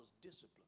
discipline